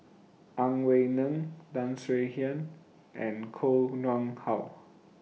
Ang Wei Neng Tan Swie Hian and Koh Nguang How